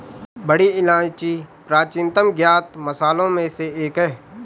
बड़ी इलायची प्राचीनतम ज्ञात मसालों में से एक है